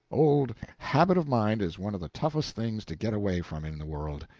old habit of mind is one of the toughest things to get away from in the world.